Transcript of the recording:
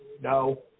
No